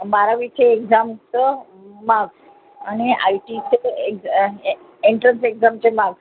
बारावीचे एक्झामचं मार्क्स आणि आय टीचं एक एंट्रन्स एक्झामचे मार्क्स